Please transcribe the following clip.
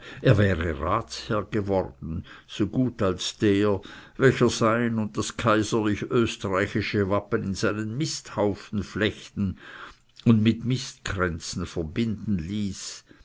er wäre ratsherr geworden so gut als der welcher sein und das österreichische wappen in seinen misthaufen flechten und mit mistkränzen verbinden ließ